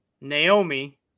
Naomi